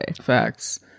Facts